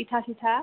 পিঠা চিঠা